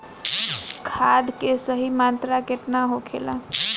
खाद्य के सही मात्रा केतना होखेला?